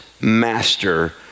master